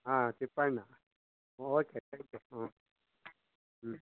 ಹಾಂ Tippanna okay thank you ಹ್ಞೂ ಹ್ಞೂ